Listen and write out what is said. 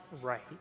right